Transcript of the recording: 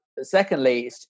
Secondly